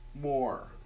more